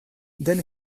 then